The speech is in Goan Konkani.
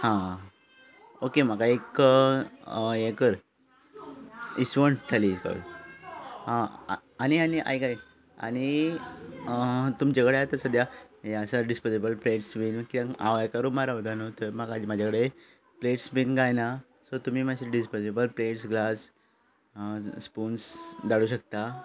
हा ओके म्हाका एक हें कर इसवण थाली कर आनी आनी आयक आयक आनी तुमजे कडे आतां सद्द्यां हें आसा डिसपोजेबल प्लेट्स बीन किद्याक न्हू हांव एका रुमान रावता न्हू थंय म्हाजे कडेन प्लेट्स बीन कांय ना सो तुमी मातशे डिसपोजेबल प्लेट्स ग्लास स्पून्स धाडूंक शकता